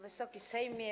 Wysoki Sejmie!